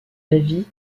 d’avis